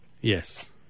yes